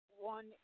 one